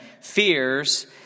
fears